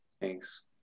thanks